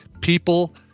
People